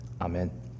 Amen